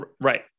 right